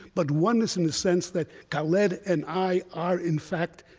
but oneness in a sense that khaled and i are, in fact,